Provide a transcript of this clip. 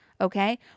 Okay